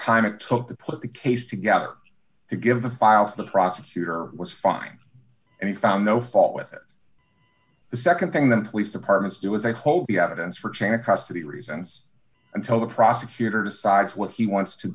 time it took to put the case together to give the files of the prosecutor was fine and he found no fault with it the nd thing the police departments do is i hope you have a dance for chain of custody reasons until the prosecutor decides what he wants to